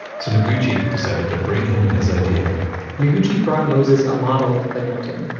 so noguchi decided to bring him his idea noguchi brought moses a model of play mountain,